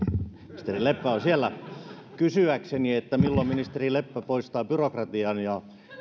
ministeri leppä on täällä kysyäkseni milloin ministeri leppä poistaa byrokratian ja